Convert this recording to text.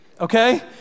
okay